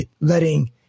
letting